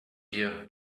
here